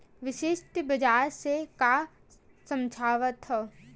विशिष्ट बजार से का समझथव?